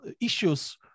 issues